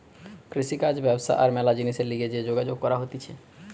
কৃষিকাজ ব্যবসা আর ম্যালা জিনিসের লিগে যে যোগাযোগ করা হতিছে